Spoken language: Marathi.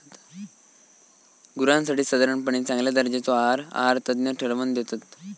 गुरांसाठी साधारणपणे चांगल्या दर्जाचो आहार आहारतज्ञ ठरवन दितत